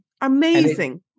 amazing